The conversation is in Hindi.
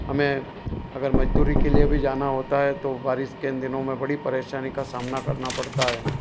हमें अगर मज़दूरी के लिए भी जाना होता है तो बारिश के इन दिनों में बड़ी परेशानी का सामना करना पड़ता है